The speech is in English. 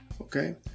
okay